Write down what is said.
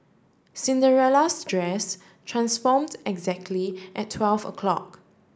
Cinderella's dress transformed exactly at twelve o'clock